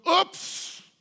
oops